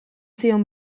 zion